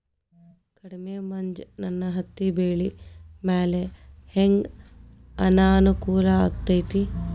ಕಡಮಿ ಮಂಜ್ ನನ್ ಹತ್ತಿಬೆಳಿ ಮ್ಯಾಲೆ ಹೆಂಗ್ ಅನಾನುಕೂಲ ಆಗ್ತೆತಿ?